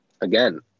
again